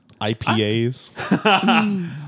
IPAs